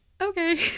Okay